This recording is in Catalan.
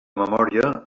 memòria